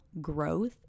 Growth